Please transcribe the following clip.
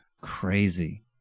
Crazy